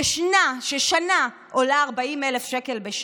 שם שנה עולה 40,000 שקל,